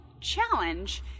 challenge